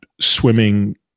swimming